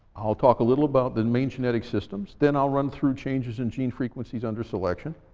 i'll talk a little about the main genetic systems. then i'll run through changes in gene frequencies under selection